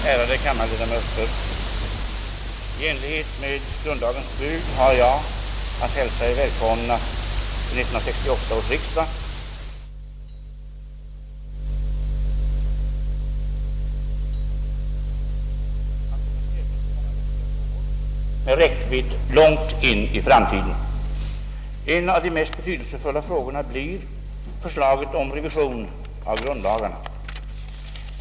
Ärade kammarledamöter! I enlighet med grundlagens bud hälsar jag er välkomna till 1968 års riksdag efter en helg, som jag hoppas har varit vilsam och avkopplande. Årets riksdag kommer att få ta ställning till många viktiga frågor med räckvidd långt in i framtiden. En av de mest betydelsefulla frågorna blir förslaget om revision av grundlagarna.